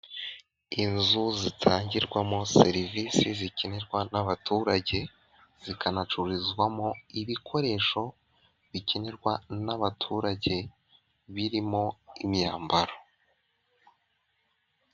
Inzu zitangirwamo serivisi zikenerwa n'abaturage zikanacururizwamo ibikoresho bikenenerwa n'abaturage birimo imyambaro.